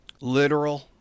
literal